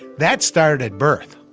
that started at birth.